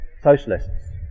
socialists